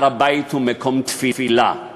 הר-הבית הוא מקום תפילה,